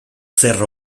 zer